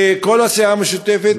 וכל הסיעה המשותפת,